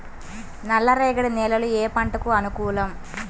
నల్ల రేగడి నేలలు ఏ పంటకు అనుకూలం?